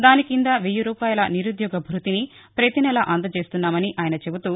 దాని కింద వెయ్యి రూపాయల నిరుద్యోగ భృతిని పతి నెల అందచేస్తున్నామని ఆయన చెబుతూ